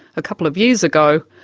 a couple of years ago,